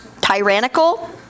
tyrannical